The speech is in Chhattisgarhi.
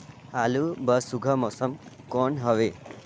आलू बर सुघ्घर मौसम कौन हवे?